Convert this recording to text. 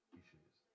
issues